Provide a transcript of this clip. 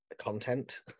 content